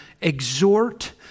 exhort